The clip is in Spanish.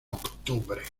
octubre